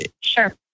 Sure